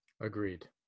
Agreed